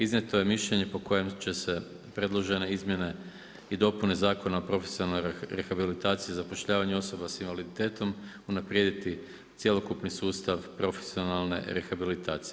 Iznijeto je mišljenje po kojem će se predložene izmjene i dopune Zakona o profesionalnoj rehabilitaciji i zapošljavanju osoba s invaliditetom unaprijediti cjelokupni sustav profesionalne rehabilitacije.